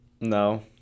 No